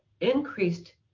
increased